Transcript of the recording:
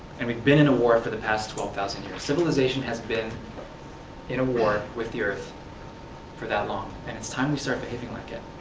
and we have been in a war for the past twelve thousand years. civilization has been in a war with the earth for that long. and it's time we start behaving like it.